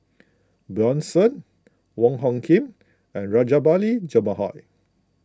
Bjorn Shen Wong Hung Khim and Rajabali Jumabhoy